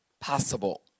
possible